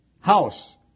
house